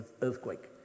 earthquake